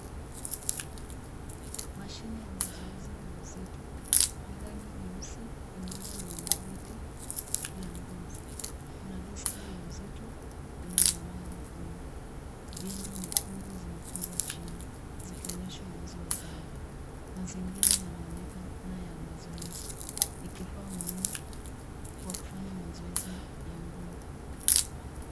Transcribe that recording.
Mashine ya mazoezi ya uzito. Ni rangi nyeusi, imara na ina viti vya ngozi. Kuna diski ya uzito kwenye nambari kumi, bendi nyekundu zimefungwa chini zikionyesha uwezo wa ziada. Mazingira yanaonekana ya mazoezi. Ni kifaa muhimu kwa kufanya mazoezi ya nguvu.